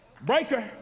breaker